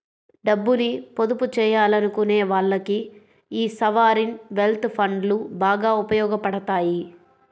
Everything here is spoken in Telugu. డబ్బుని పొదుపు చెయ్యాలనుకునే వాళ్ళకి యీ సావరీన్ వెల్త్ ఫండ్లు బాగా ఉపయోగాపడతాయి